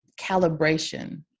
calibration